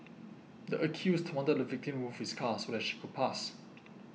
the accused wanted the victim to move his car so that she could pass